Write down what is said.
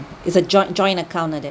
is a joint joint account like that